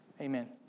Amen